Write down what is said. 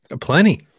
Plenty